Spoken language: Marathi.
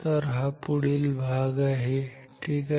तर हा पुढील भाग आहे ठीक आहे